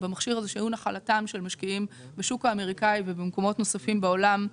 שהיו נחלתם של משקיעים בשוק האמריקאי ובמקומות נוספים בעולם,